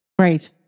Right